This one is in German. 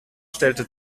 stellte